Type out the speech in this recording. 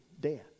death